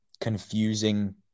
confusing